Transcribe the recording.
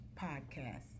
Podcast